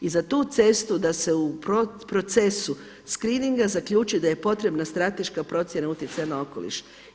I za tu cestu da se u procesu screeninga zaključi da je potrebna strateška procjena utjecaja na okoliš.